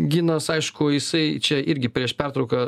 ginas aišku jisai čia irgi prieš pertrauką